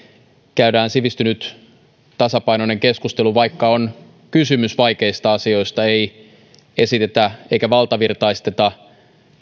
käydään sivistynyt tasapainoinen keskustelu vaikka on kysymys vaikeista asioista ei esitetä eikä valtavirtaisteta